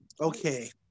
Okay